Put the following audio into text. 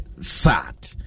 Sad